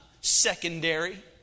secondary